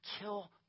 kill